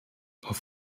auf